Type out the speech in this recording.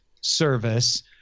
service